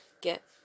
get